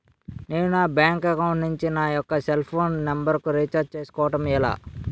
నేను నా bank account నుంచి నా యెక్క సెల్ ఫోన్ నంబర్ కు రీఛార్జ్ చేసుకోవడం ఎలా?